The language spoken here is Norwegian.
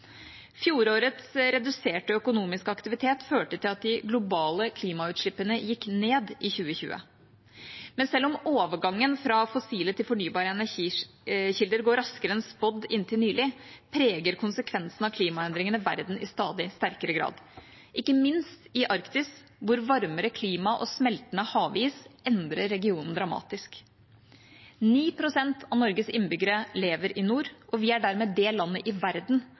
Fjorårets reduserte økonomiske aktivitet førte til at de globale klimautslippene gikk ned i 2020. Men selv om overgangen fra fossile til fornybare energikilder går raskere enn spådd inntil nylig, preger konsekvensene av klimaendringene verden i stadig sterkere grad, ikke minst i Arktis, hvor varmere klima og smeltende havis endrer regionen dramatisk. Ni prosent av Norges innbyggere lever i nord, og vi er dermed det landet i verden